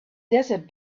desert